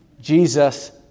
Jesus